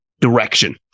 direction